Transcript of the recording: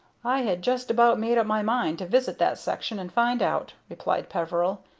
i had just about made up my mind to visit that section and find out, replied peveril.